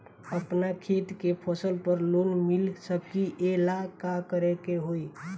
अपना खेत के फसल पर लोन मिल सकीएला का करे के होई?